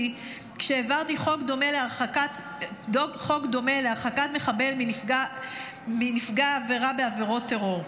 כשהעברתי חוק דומה להרחקת מחבל מנפגע עבירה בעבירות טרור,